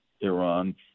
Iran